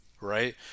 right